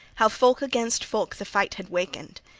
how folk against folk the fight had wakened.